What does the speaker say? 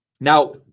Now